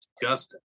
disgusting